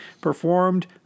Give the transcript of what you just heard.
performed